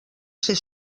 ser